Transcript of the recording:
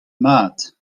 mat